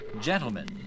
Gentlemen